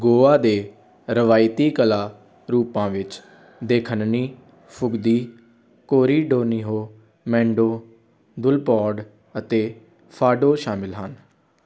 ਗੋਆ ਦੇ ਰਵਾਇਤੀ ਕਲਾ ਰੂਪਾਂ ਵਿੱਚ ਦੇਖਨਨੀ ਫੁਗਦੀ ਕੌਰੀਡਿਨਹੋ ਮੈਂਡੋ ਦੁਲਪੌਡ ਅਤੇ ਫਾਡੋ ਸ਼ਾਮਲ ਹਨ